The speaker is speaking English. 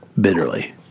bitterly